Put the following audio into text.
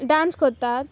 dance कोत्तात